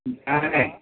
ഞാനെ